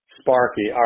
Sparky